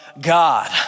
God